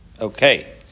Okay